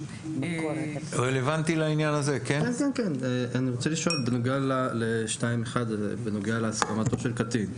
אני רוצה לשאול בנוגע ל-2(1) בנוגע להסכמתו של קטין.